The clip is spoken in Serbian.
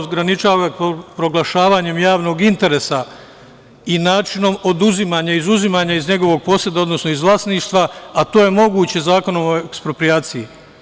Ograničava ga proglašavanjem javnog interesa i načinom oduzimanja iz njegovog poseda, odnosno iz vlasništva, a to je moguće Zakonom o eksproprijaciji.